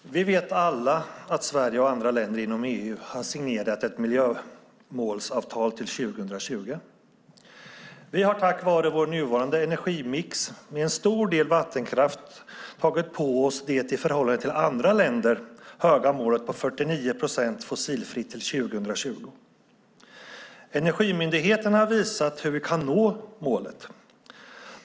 Fru talman! Vi vet alla att Sverige och andra länder inom EU har signerat ett miljömålsavtal till 2020. Vi har tack vare vår nuvarande energimix, med en stor del vattenkraft, tagit på oss det i förhållande till andra länder höga målet på 49 procent fossilfritt till år 2020. Energimyndigheten har visat hur vi kan nå målet.